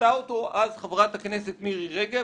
שעשתה אותו אז חברת הכנסת מירי רגב,